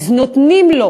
נותנים לו